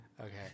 Okay